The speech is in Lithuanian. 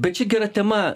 bet čia gera tema